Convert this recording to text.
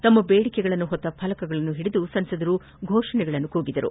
ತಮ್ಮ ಬೇಡಿಕೆಗಳನ್ನು ಹೊತ್ತ ಫಲಕಗಳನ್ನು ಹಿಡಿದು ಸಂಸದರು ಘೋಷಣೆಗಳನ್ನು ಕೂಗಿದರು